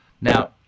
Now